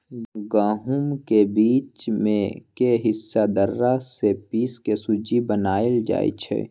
गहुम के बीच में के हिस्सा दर्रा से पिसके सुज्ज़ी बनाएल जाइ छइ